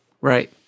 Right